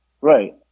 right